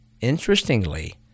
Interestingly